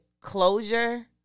closure